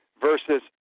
versus